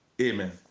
Amen